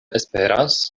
esperas